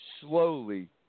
slowly